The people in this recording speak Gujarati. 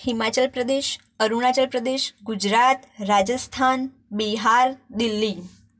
હિમાચલ પ્રદેશ અરુણાચલ પ્રદેશ ગુજરાત રાજસ્થાન બિહાર દિલ્હી